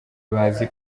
bazi